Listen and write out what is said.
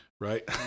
Right